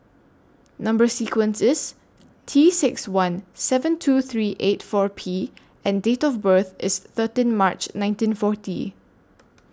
Number sequence IS T six one seven two three eight four P and Date of birth IS thirteen March nineteen forty